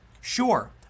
Sure